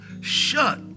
shut